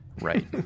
Right